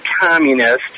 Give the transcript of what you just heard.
communist